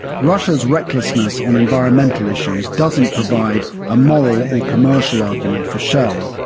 russia's recklessness on environmental issues doesn't provide a moral or commercial argument for shell,